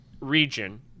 region